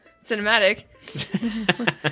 cinematic